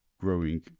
growing